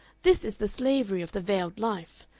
this is the slavery of the veiled life.